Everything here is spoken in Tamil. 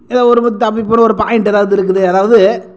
ஏதோ ஒருமித்த ஒரு பாயிண்ட் ஏதாவது இருக்குது அதாவது